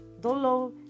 download